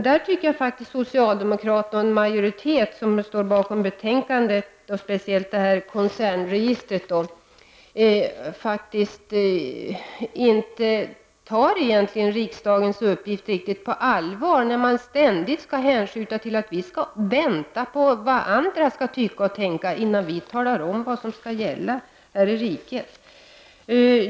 Jag tycker faktiskt att socialdemokra terna och den majoritet som står bakom betänkandet, speciellt när det gäller förslaget om koncernregister, inte riktigt tar riksdagens uppgift på allvar, när man ständigt hänvisar till att vi skall vänta på att höra vad andra tycker och tänker innan vi talar om vad som skall gälla här i riket.